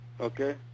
Okay